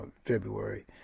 february